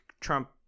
Trump